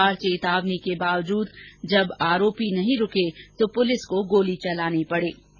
बार बार चेतावनी के बावजूद जब आरोपी नहीं रुके तो पुलिस को गोली चलानी पड़ी